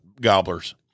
gobblers